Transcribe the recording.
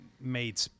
made